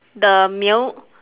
the male